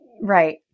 Right